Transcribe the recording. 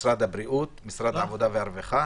משרד הבריאות ומשרד העבודה והרווחה.